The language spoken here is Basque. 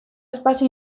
espazio